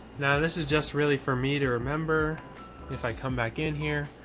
no, this is just really for me to remember if i come back in here.